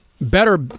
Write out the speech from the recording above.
better